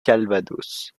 calvados